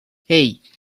hey